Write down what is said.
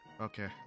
okay